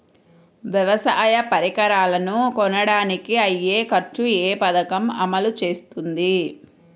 వ్యవసాయ పరికరాలను కొనడానికి అయ్యే ఖర్చు ఏ పదకము అమలు చేస్తుంది?